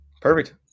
Perfect